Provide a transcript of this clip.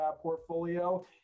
portfolio